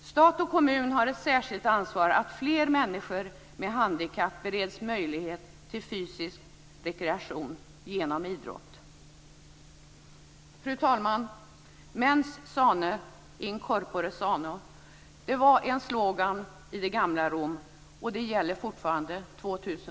Stat och kommun har ett särskilt ansvar för att fler människor med handikapp bereds möjlighet till fysisk rekreation genom idrott. Fru talman! Mens sane in corpore sano. Det var en slogan i det gamla Rom, och det gäller fortfarande